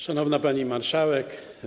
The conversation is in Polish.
Szanowna Pani Marszałek!